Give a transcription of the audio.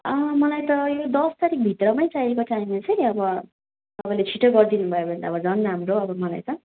मलाई त दस तारिख भित्रमै चाहिएको चाहिनु चाहिँ अब तपाईँले छिटो गरिदिनु भयो भने त अब झन् राम्रो अब मलाई त